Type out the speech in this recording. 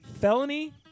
Felony